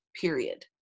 period